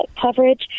coverage